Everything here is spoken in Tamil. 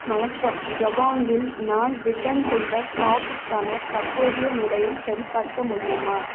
வணக்கம் ஜபாங்கில் நான் ரிட்டன் செய்த டாப்புக்கான தற்போதைய நிலையை சரிபார்க்க முடியுமா